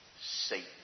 Satan